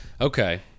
Okay